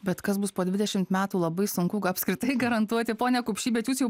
bet kas bus po dvidešimt metų labai sunku ga apskritai garantuoti pone kupšy bet jūs jau